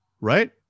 right